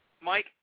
Mike